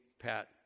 Pat